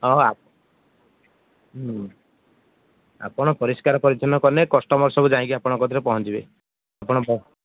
ହଁ ହଁ ହୁଁ ଆପଣ ପରିଷ୍କାର ପରିଚ୍ଛନ୍ନ କଲେ କଷ୍ଟମର ସବୁ ଯାଇକି ଆପଣଙ୍କ କତିରେ ପହଞ୍ଚିବେ ଆପଣ